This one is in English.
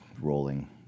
rolling